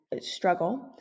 struggle